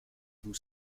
vous